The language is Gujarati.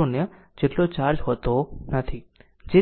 0 જેટલો ચાર્જ હોતો નથી જે ચાર્જ થયેલ છે